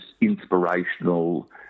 inspirational